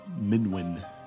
Minwin